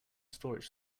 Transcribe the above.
storage